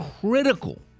critical